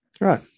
Right